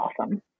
awesome